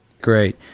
Great